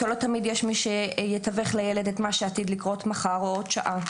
כי לא תמיד יש מי שיתווך לילד את מה שעתיד לקרות מחר או בעוד שעה.